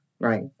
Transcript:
right